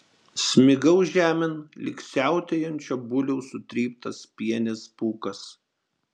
smigau žemėn lyg siautėjančio buliaus sutryptas pienės pūkas